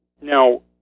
Now